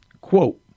Quote